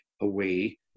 away